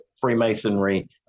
Freemasonry